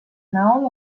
näol